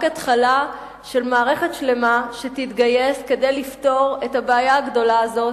רק התחלה של מערכת שלמה שתתגייס כדי לפתור את הבעיה הגדולה הזאת,